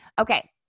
Okay